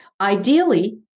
Ideally